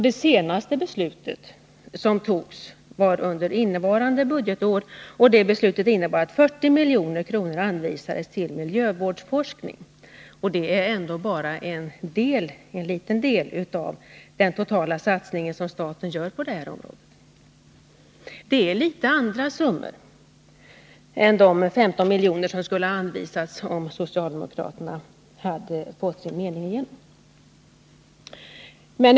Det senaste beslutet togs under innevarande budgetår, och det innebar att 40 milj.kr. anvisades till miljövårdsforskning. Det är ändå bara en liten del av den totala satsning som staten gör på det här området. Det är litet andra summor än de 15 milj.kr. som skulle ha anvisats, om socialdemokraterna hade fått sin mening igenom.